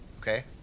okay